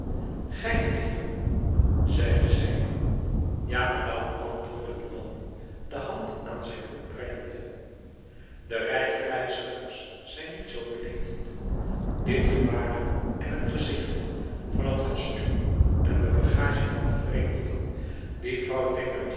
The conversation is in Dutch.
gij mijnheer zeide zij ja madame antwoordde de man de hand aan zijn hoed brengende de rijke reizigers zijn niet zoo beleefd dit gebaar en t gezicht van het kostuum en de bagage van den vreemdeling die vrouw